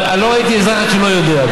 אבל לא ראיתי אזרח שלא יודע.